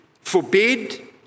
forbid